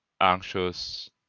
anxious